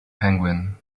penguin